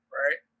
right